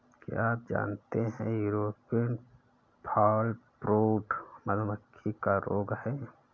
क्या आप जानते है यूरोपियन फॉलब्रूड मधुमक्खी का रोग है?